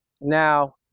Now